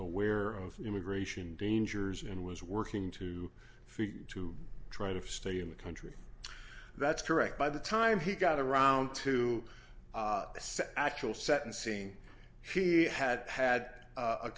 aware of immigration dangers and was working to free to try to stay in the country that's correct by the time he got around to set actual sentencing he had had